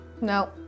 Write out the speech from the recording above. No